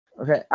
Okay